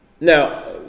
Now